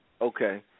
Okay